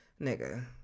nigga